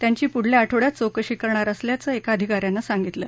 त्यांची पुढल्या आठवड्यात चौकशी करणार असल्याचं एका अधिकाऱ्यानं सांगितलं